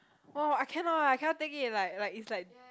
!wow! I cannot ah I cannot take it like like it's like